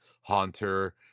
Haunter